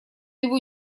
его